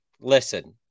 Listen